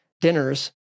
dinners